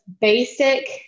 basic